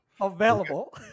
Available